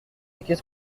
qu’est